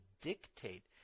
dictate